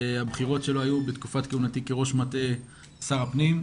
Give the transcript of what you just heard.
הבחירות שלו היו בתקופת כהונתי כראש מטה שר הפנים,